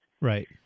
Right